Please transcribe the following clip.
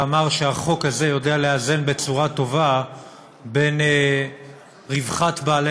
ואמר שהחוק הזה יודע לאזן בצורה טובה בין רווחת בעלי